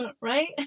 right